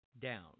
down